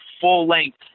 full-length